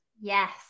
Yes